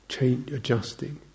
adjusting